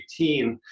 2018